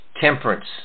temperance